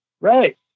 Right